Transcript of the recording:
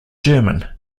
german